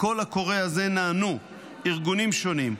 לקול הקורא הזה נענו ארגונים שונים,